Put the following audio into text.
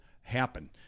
happen